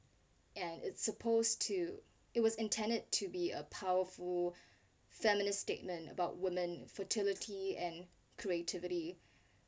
and it's supposed to it was intended to be a powerful feminist statement about women fertility and creativity